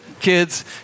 kids